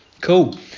Cool